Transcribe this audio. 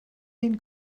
den